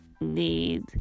need